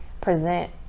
present